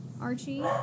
Archie